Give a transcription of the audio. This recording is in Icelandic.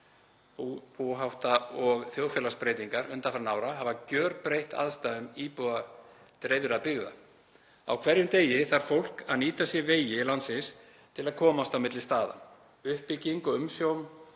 og þjóðfélagsbreytingar undanfarinna ára hafa gjörbreytt aðstæðum íbúa dreifðra byggða. Á hverjum degi þarf fólk að nýta sér vegi landsins til að komast á milli staða. Uppbygging og umsjá